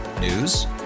News